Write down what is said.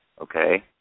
okay